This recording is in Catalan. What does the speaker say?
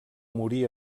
morí